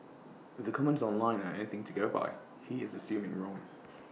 if the comments online are anything to go by he is assuming wrong